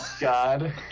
god